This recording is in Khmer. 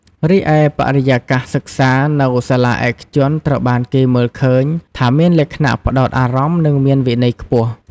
រីឯបរិយាកាសសិក្សា នៅសាលាឯកជនត្រូវបានគេមើលឃើញថាមានលក្ខណៈផ្តោតអារម្មណ៍ និងមានវិន័យខ្ពស់។